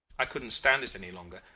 i couldn't stand it any longer,